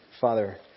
Father